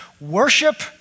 Worship